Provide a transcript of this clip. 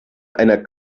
einer